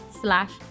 slash